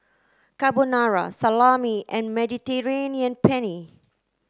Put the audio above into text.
Carbonara Salami and Mediterranean Penne